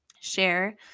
share